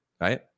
Right